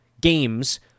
games